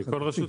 בבקשה.